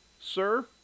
Sir